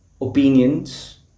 opinions